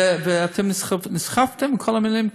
ואתם נסחפתם עם כל המילים,